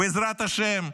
בעזרת השם.